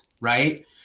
Right